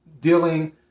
Dealing